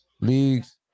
league's